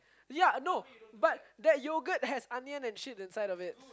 ya now but that yogurt had onion and shit inside of it